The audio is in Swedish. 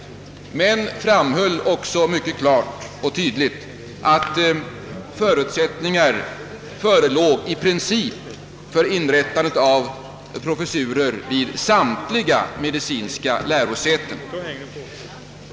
Kommittén framhöll emellertid mycket klart och tydligt, att förutsättningar i princip förelåg för inrättande av professurer vid samtliga medicinska lärosäten.